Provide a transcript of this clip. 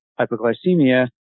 hypoglycemia